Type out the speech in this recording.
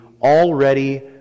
already